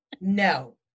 No